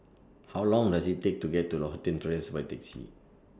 How Long Does IT Take to get to Lothian Terrace By Taxi